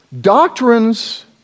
Doctrines